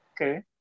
okay